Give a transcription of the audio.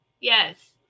Yes